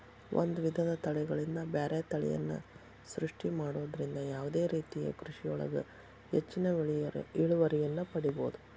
ಒಂದ್ ವಿಧದ ತಳಿಗಳಿಂದ ಬ್ಯಾರೆ ತಳಿಯನ್ನ ಸೃಷ್ಟಿ ಮಾಡೋದ್ರಿಂದ ಯಾವದೇ ರೇತಿಯ ಕೃಷಿಯೊಳಗ ಹೆಚ್ಚಿನ ಇಳುವರಿಯನ್ನ ಪಡೇಬೋದು